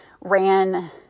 ran